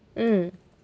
mm